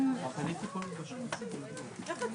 16:16.